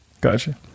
Gotcha